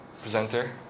presenter